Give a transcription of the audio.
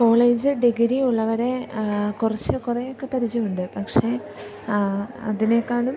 college degree ഉള്ളവരെ കുറച്ചു കുറേയൊക്ക പരിചയമുണ്ട് പക്ഷേ ആ അതിനേക്കാളും